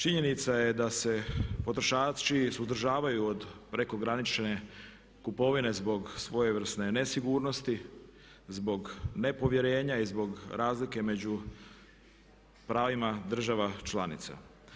Činjenica je da se potrošači suzdržavaju od prekogranične kupovine zbog svojevrsne nesigurnosti, zbog nepovjerenja i zbog razlike među pravima država članica.